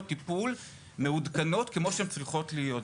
טיפול מעודכנות כמו שהן צריכות להיות.